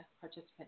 participant